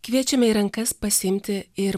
kviečiame į rankas pasiimti ir